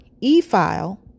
e-file